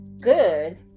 good